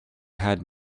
had